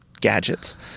gadgets